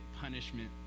punishment